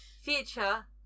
future